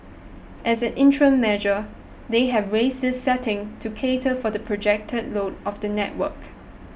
as an interim measure they have raised this setting to cater for the projected load of the network